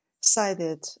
cited